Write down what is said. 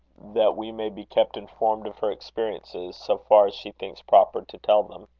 that we may be kept informed of her experiences, so far as she thinks proper to tell them.